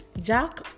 Jack